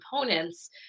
components